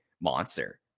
monster